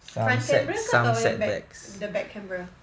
front camera ke atau yang back the back camera